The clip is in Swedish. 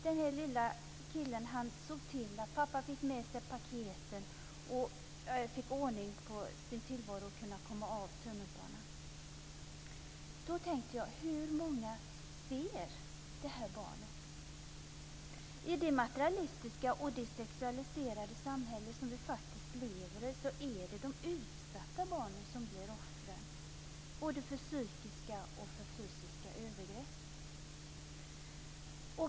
Den här lille killen såg till att pappan fick med sig paketen, fick ordning på sin tillvaro och kunde komma av tunnelbanan. Då tänkte jag: Hur många ser det här barnet? I det materialistiska och sexualiserade samhälle som vi faktiskt lever i är det de utsatta barnen som blir offren för både psykiska och fysiska övergrepp.